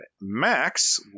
max